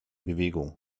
bewegung